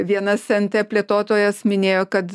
vienas nt plėtotojas minėjo kad